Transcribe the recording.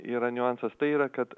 yra niuansas tai yra kad